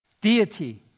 Deity